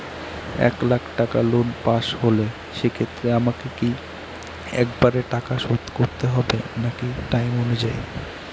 এক লাখ টাকা loan pass হল সেক্ষেত্রে আমাকে কি একবারে টাকা শোধ করতে হবে নাকি টার্ম অনুযায়ী?